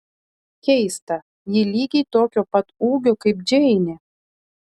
keista ji lygiai tokio pat ūgio kaip džeinė